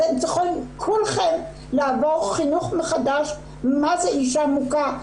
אתם צריכים כולכם לעבור חינוך מחדש מה זה אישה מוכה,